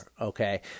okay